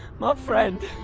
my friend.